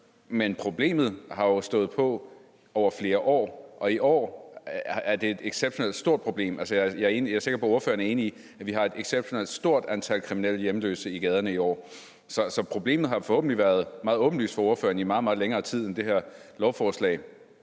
Men problemet har jo stået på over flere år, og i år er det et exceptionelt stort problem. Jeg er sikker på, at ordføreren er enig i, at vi har et exceptionelt stort antal kriminelle hjemløse i gaderne i år. Så problemet har forhåbentlig været meget åbenlyst for ordføreren i meget, meget længere tid end det her lovforslag.